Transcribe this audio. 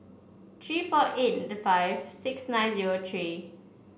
three four eight five six nine zero three